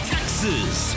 Texas